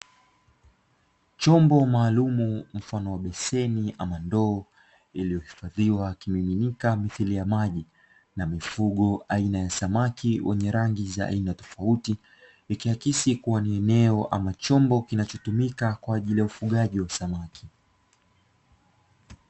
Chombo maalumu mfano wa beseni ama ndoo iliyohifadhiwa kimiminika mithiri ya maji na mifungo aina ya samaki wenye rangi za aina tofauti ikiakisi kuwa ni eneo ama chombo kinachotumika kwaajili yaufugaji wa samaki.